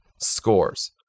scores